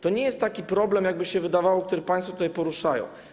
To nie jest taki problem, jak by się wydawało, który państwo tutaj poruszają.